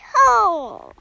home